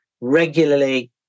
regularly